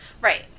right